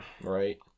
Right